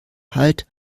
halt